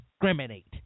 discriminate